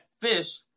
fish